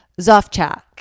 Zofchak